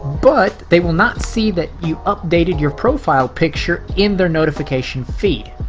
but they will not see that you updated your profile picture in their notification feed